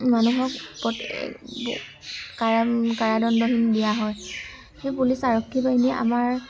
মানুহক কাৰাদণ্ড দিয়া হয় পুলিচ আৰক্ষী বাহিনীয়ে আমাৰ